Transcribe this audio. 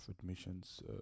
admissions